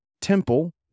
temple